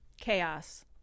Chaos